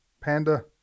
panda